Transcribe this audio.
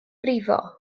brifo